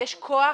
יש כוח